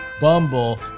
Bumble